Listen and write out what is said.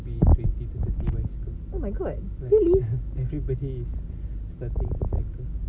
oh my god really